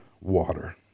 water